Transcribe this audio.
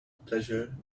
pleasure